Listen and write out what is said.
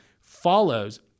follows